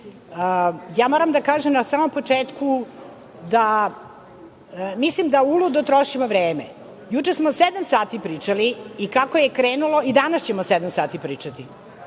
moram da kažem da mislim da uludo trošimo vreme. Juče smo sedam sati pričali i kako je krenulo i danas ćemo sedam sati pričati.